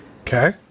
Okay